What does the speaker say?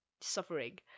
suffering